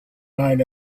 night